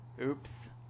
Oops